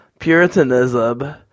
Puritanism